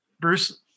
Bruce